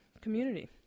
community